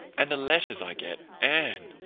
and the letters i get, anne!